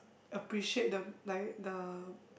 appreciate the like the